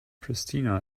pristina